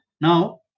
Now